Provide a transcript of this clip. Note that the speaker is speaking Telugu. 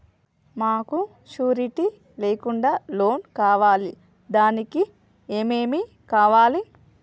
మాకు షూరిటీ లేకుండా లోన్ కావాలి దానికి ఏమేమి కావాలి?